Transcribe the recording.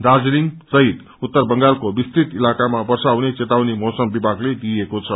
दार्जीलिङ सहित उत्तर बंगालको विस्तृत इलाकामा वर्षाहुने चेतावनी मौसम विभागले दिएको छ